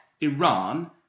Iran